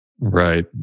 Right